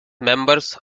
members